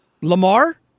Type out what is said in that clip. Lamar